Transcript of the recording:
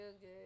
good